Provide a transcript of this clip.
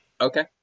Okay